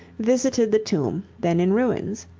visited the tomb, then in ruins.